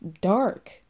dark